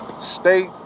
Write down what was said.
state